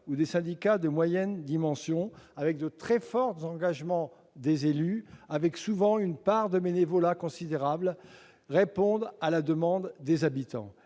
ou des syndicats de moyenne dimension, avec un très fort engagement des élus et, souvent, une part de bénévolat considérable, répondent à la demande des habitants.